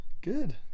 good